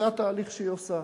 זה התהליך שהיא עושה.